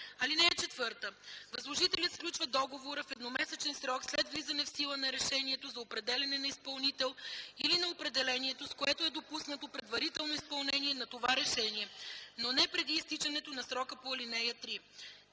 изпълнител. (4) Възложителят сключва договора в едномесечен срок след влизане в сила на решението за определяне на изпълнител или на определението, с което е допуснато предварително изпълнение на това решение, но не преди изтичането на срока по ал. 3.”